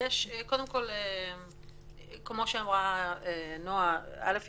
כמו שאמרה נועה: א.